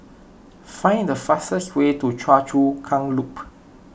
find the fastest way to Choa Chu Kang Loop